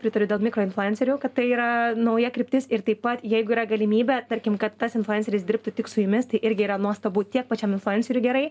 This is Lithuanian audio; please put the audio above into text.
pritariu dėl mikro influencerių kad tai yra nauja kryptis ir taip pat jeigu yra galimybė tarkim kad tas influenceris dirbtų tik su jumis tai irgi yra nuostabu tiek pačiam influenceriui gerai